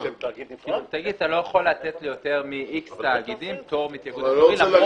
אתה לא יכול לתת יותר מאיקס תאגידים למרות שעמדו?